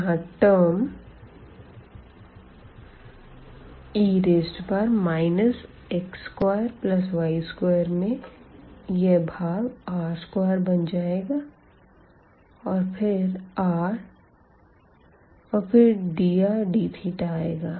यहाँ term e x2y2 में यह भाग r2 बन जाएगा और फिर dr dθ आएगा